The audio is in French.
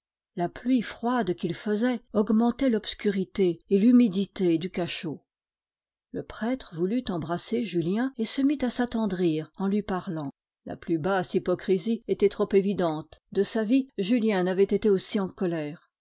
la pluie froide qu'il faisait augmentait l'obscurité et l'humidité du cachot le prêtre voulut embrasser julien et se mit à s'attendrir en lui parlant la plus basse hypocrisie était trop évidente de sa vie julien n'avait été aussi en colère